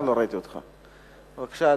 בבקשה,